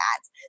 ads